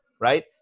right